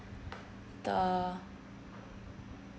the